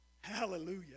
Hallelujah